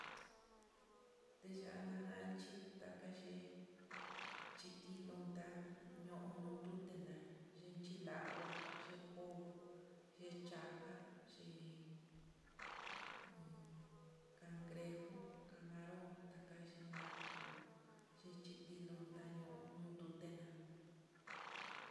Teña najanchí takayee, xhitinlon tá ño'o ondute na, xhinchi lagua yekó yicha xi, en cangrejo, camaron takayiná, ku xhichi tilonta ñoo ndute ná.